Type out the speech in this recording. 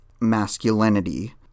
masculinity